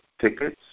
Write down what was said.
tickets